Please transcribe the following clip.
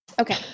okay